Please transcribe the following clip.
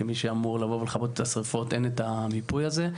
כמי שאמור לבוא ולכבות את השריפות אין את המיפוי הזה.